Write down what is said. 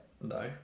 No